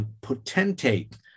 potentate